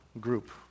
group